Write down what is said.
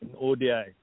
ODI